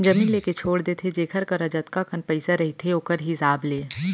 जमीन लेके छोड़ देथे जेखर करा जतका कन पइसा रहिथे ओखर हिसाब ले